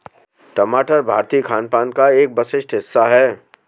टमाटर भारतीय खानपान का एक विशिष्ट हिस्सा है